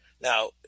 now